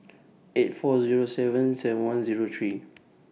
eight four Zero seven seven one Zero three